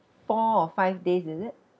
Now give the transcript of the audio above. four or five days is it